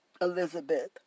Elizabeth